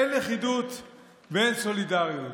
אין לכידות ואין סולידריות.